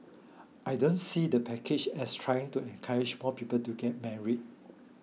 I don't see the package as trying to encourage more people to get married